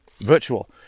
virtual